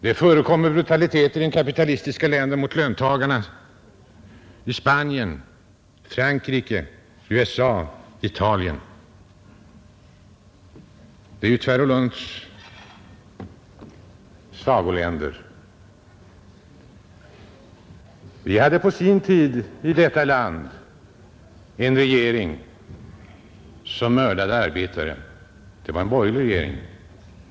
Det förekommer brutaliteter i kapitalistiska länder mot löntagarna — i Spanien, Frankrike, USA och Italien. Det är ju herr Nilssons i Tvärålund sagoländer. Vi hade på sin tid i detta land en regering som mördade arbetare och det var en borgerlig regering.